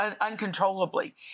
uncontrollably